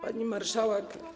Pani Marszałek!